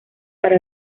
para